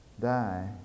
die